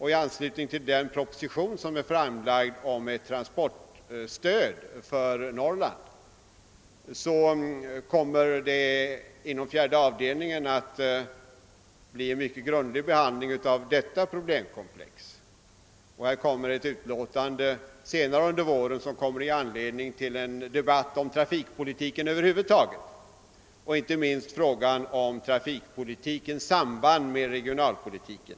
I anslutning till den proposition som är framlagd om ett transportstöd för Norrland kommer fjärde avdelningen att mycket grundligt behandla detta problemkomplex. Senare under våren framläggs utlåtande som kommer att ge anledning till en debatt om trafikpolitiken över huvud taget, inte minst frågan om trafikpolitikens samband med regionalpolitiken.